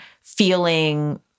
feeling